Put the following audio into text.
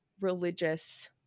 religious